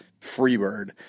Freebird